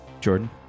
jordan